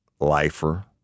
lifer